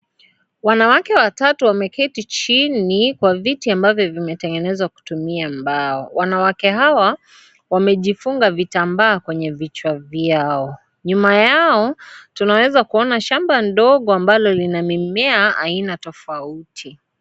Wanawake watatu wameketi chini kwa viti ambavyo vimetengenezwa kutumia mbao. Wanawake hawa wamejifunga vitambaa kwenye vichwa vyao. Nyuma yao tunawezakuona shamba ndogo ambalo lina mimea aina tofauti.